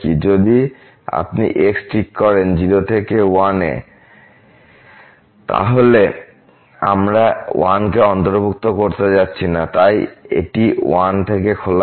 যদি আপনি x ঠিক করেন 0 থেকে 1এe তাহলে আমরা 1 কে অন্তর্ভুক্ত করতে যাচ্ছি না তাই এটি 1 থেকে খোলা আছে